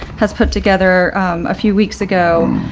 has put together a few weeks ago,